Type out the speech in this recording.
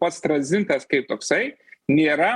pats tranzintas kaip toksai nėra